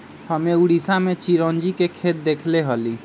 हम्मे उड़ीसा में चिरौंजी के खेत देखले हली